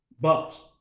Bucks